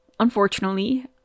unfortunately